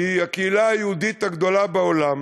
שהיא הקהילה היהודית הגדולה בעולם.